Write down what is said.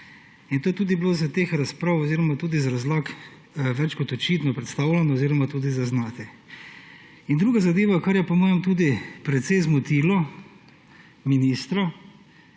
To je bilo iz teh razprav, tudi iz razlag več kot očitno predstavljeno oziroma tudi zaznati. Druga zadeva, kar je po mojem tudi precej zmotilo ministra,